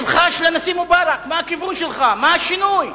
תלחש לנשיא מובארק מה הכיוון שלך, מה השינוי.